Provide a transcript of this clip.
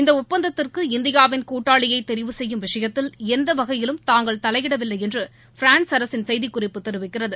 இந்த ஒப்பந்தத்திற்கு இந்தியாவின் கூட்டாளியை தெரிவு செய்யும் விஷயத்தில் எந்த வகையிலும் தாங்கள் தலையிடவில்லை என்று பிரான்ஸ் அரசின் செய்திக்குறிப்பு தெரிவிக்கிறது